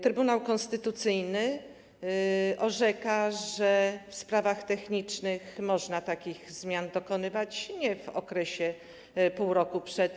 Trybunał Konstytucyjny orzeka, że w sprawach technicznych można takich zmian dokonywać nie w okresie pół roku przed.